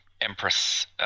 Empress